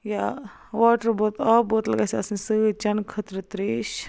یا واٹر بوتٕل آب بوتٕل گَژھہِ آسٕنۍ سۭتۍ چیٚنہٕ خٲطرٕ تریش